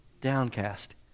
downcast